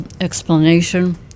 explanation